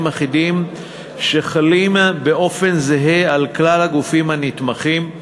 אחידים שחלים באופן זהה על כלל הגופים הנתמכים,